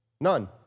None